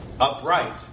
Upright